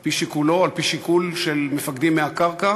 ועל-פי שיקולו, על-פי שיקול של מפקדים מהקרקע,